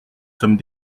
sommes